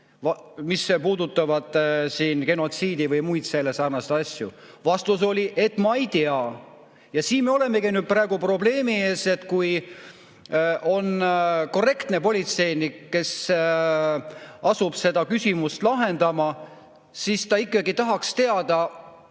mis puudutab siin genotsiidi või muid sellesarnaseid asju? Vastus oli: ma ei tea. Ja siin me olemegi praegu probleemi ees, et kui on korrektne politseinik, kes asub seda küsimust lahendama, siis ta ikkagi tahaks teada,